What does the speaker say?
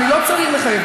אני לא צריך לחייב.